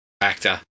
actor